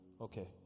Okay